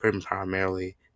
primarily